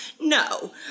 no